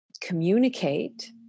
Communicate